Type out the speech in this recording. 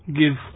give